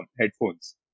headphones